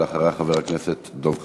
אחריה, חבר הכנסת דב חנין.